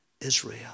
Israel